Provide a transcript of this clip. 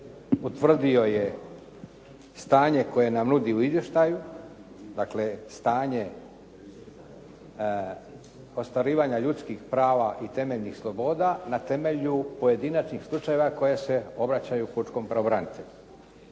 utvrdio je stanje koje nam nudi u izvještaju, dakle stanje ostvarivanja ljudskih prava i temeljnih sloboda na temelju pojedinačnih slučajeva koje se obraćaju pučkom pravobranitelju.